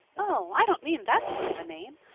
oh, i don't mean that sort of a name.